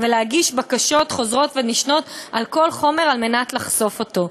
ולהגיש בקשות חוזרות ונשנות על כל חומר כדי לחשוף אותו.